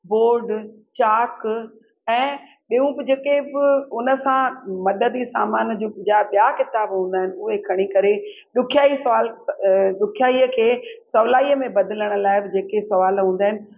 board चाक ऐं ॿियूं बि जेके बि उन सां मददी सामान जूं जा ॿिया किताब हूंदा आहिनि उहे खणी करे ॾुखियाई सां ॾुखियाई खे सहुलाईअ में बदिलण लाइ बि जेके सवाल हूंदा आहिनि